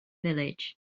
village